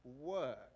work